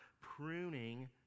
pruning